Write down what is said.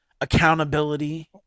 accountability